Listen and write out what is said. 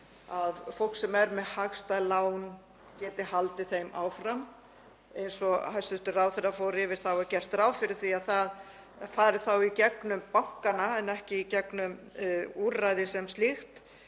að fólk sem er með hagstæð lán geti haldið þeim áfram. Eins og hæstv. ráðherra fór yfir þá er gert ráð fyrir því að það fari þá í gegnum bankana en ekki í gegnum úrræðið sem slíkt